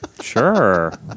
Sure